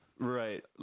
Right